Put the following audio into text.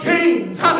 Kings